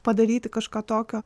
padaryti kažką tokio